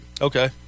Okay